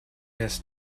mrs